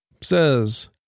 says